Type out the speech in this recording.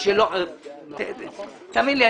תאמין לי,